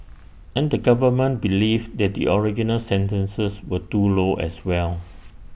and the government believed that the original sentences were too low as well